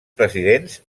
presidents